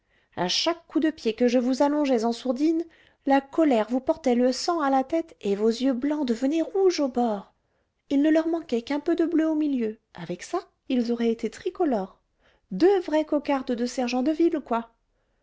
à chaque coup de pied que je vous allongeais en sourdine la colère vous portait le sang à la tête et vos yeux blancs devenaient rouges au bord il ne leur manquait qu'un peu de bleu au milieu avec ça ils auraient été tricolores deux vrais cocardes de sergent de ville quoi